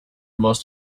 most